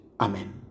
Amen